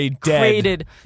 created